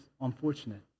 unfortunate